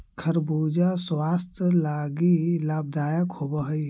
खरबूजा स्वास्थ्य लागी लाभदायक होब हई